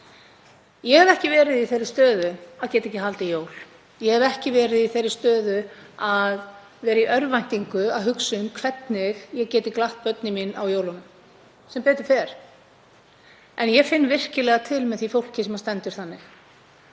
Ég hef ekki verið í þeirri stöðu að geta ekki haldið jól. Ég hef ekki verið í þeirri stöðu að vera í örvæntingu að hugsa um hvernig ég geti glatt börnin mín á jólunum, sem betur fer. En ég finn virkilega til með því fólki sem stendur þannig.